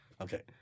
Okay